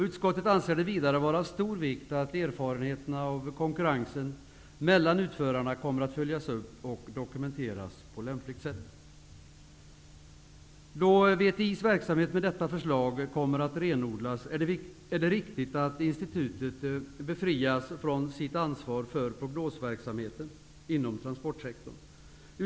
Utskottet anser det vidare vara av stor vikt att erfarenheterna av konkurrensen mellan utförarna kommer att följas upp och dokumenteras på lämpligt sätt. Då VTI:s verksamhet med detta förslag kommer att renodlas är det riktigt att institutet befrias från sitt ansvar för prognosverksamheten inom transportsektorn.